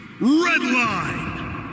Redline